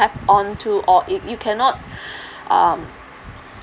tap onto or you you cannot um